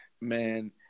Man